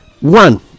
One